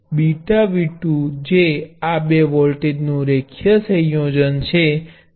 βV2 જે આ બે વોલ્ટેજનું રેખીય સંયોજન છે